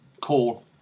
call